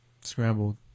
Scrambled